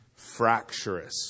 fracturous